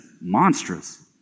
monstrous